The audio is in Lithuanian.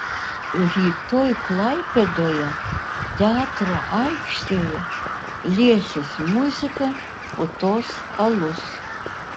rytoj klaipėdoje teatro aikštėje liesis muzika putos alus